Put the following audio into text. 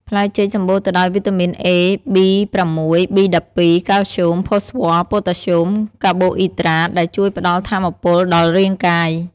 ផ្លែចេកសម្បូរទៅដោយវីតាមីន A B6 B12 កាល់ស្យូម ផូស្វ័រ ប៉ូតាស្យូម កាបូអ៊ីដ្រាត ដែលជួយផ្តល់ថាមពលដល់រាងកាយ។